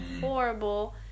horrible